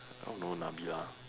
I don't know Nabilah